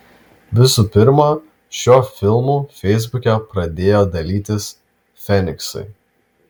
visų pirma šiuo filmu feisbuke pradėjo dalytis feniksai